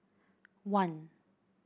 one